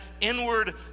inward